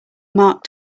mark